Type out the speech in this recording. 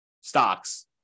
stocks